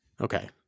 Okay